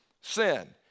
sin